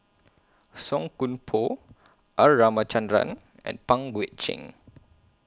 Song Koon Poh R Ramachandran and Pang Guek Cheng